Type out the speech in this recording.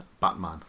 Batman